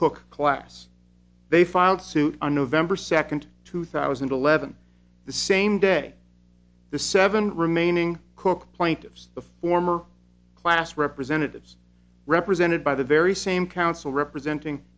cook class they filed suit on november second two thousand and eleven the same day the seven remaining cook plaintiffs the former class representatives represented by the very same counsel representing